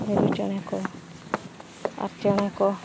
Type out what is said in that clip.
ᱢᱤᱨᱩ ᱪᱮᱬᱮ ᱠᱚ ᱟᱨ ᱪᱮᱬᱮ ᱠᱚ